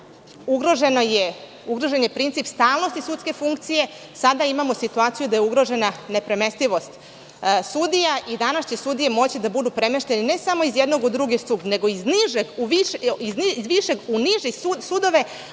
ugrožen je princip stalnosti sudske funkcije. Sada imamo situaciju da je ugrožena nepremestivost sudija i danas će sudije moći da budu premeštene ne samo iz jednog u drugi sud, nego iz višeg u niži sud,